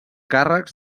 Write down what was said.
càrrecs